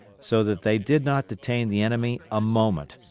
so that they did not detain the enemy a moment,